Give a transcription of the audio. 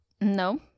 No